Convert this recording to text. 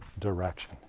direction